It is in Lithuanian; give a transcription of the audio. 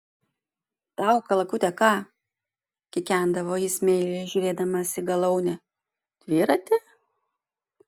tau kalakute ką kikendavo jis meiliai žiūrėdamas į galaunę dviratį